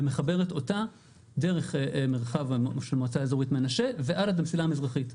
ומחברת אותה דרך מרחב המועצה האזורית מנשה והלאה למסילה המזרחית.